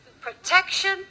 protection